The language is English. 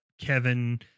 Kevin